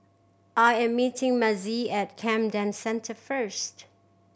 I am meeting Mazie at Camden Centre first